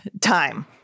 time